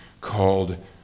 called